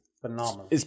phenomenal